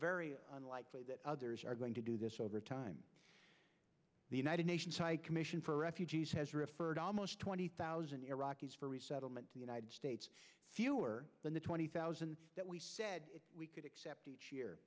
very unlikely that others are going to do this over time the united nations high commission for refugees has referred almost twenty thousand iraqis for resettlement to the united states fewer than the twenty thousand that we said we could accept